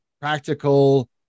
practical